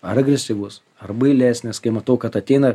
ar agresyvus ar bailesnis kai matau kad ateina